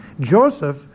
Joseph